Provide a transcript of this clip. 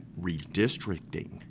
redistricting